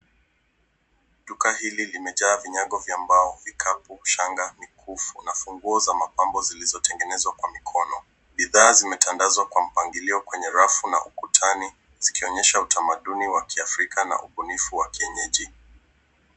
Duka hili limejaa vinyago vya mbao, vikapu, shanga, mikufu, na funguo mapambo zilizotengenezwa kwa mikono. Bidhaa zimetendazwa kwa mpangilio kwenye rafu na ukutani zikionyesha utamaduni wa kiafrika na ubunifu wa kienyeji.